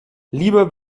lieber